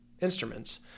instruments